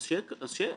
אז שיהיה הסכם,